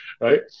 Right